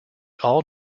all